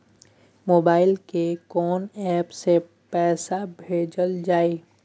Mobile के कोन app से पैसा भेजल जाए?